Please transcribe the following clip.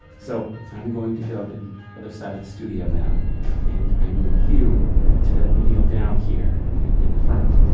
so, i'm going to go to the other side of the studio now and i need you to kneel down here in in front.